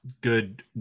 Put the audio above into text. good